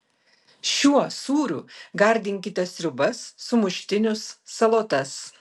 šiuo sūriu gardinkite sriubas sumuštinius salotas